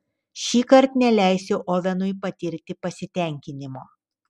šįkart neleisiu ovenui patirti pasitenkinimo